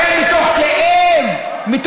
מה אתה משווה אותנו,